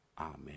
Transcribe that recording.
Amen